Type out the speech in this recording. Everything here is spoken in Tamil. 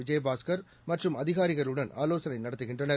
விஜயபாஸ்கர் மற்றும் அதிகாரிகளுடன் ஆலோசனை நடத்துகின்றனர்